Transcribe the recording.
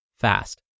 fast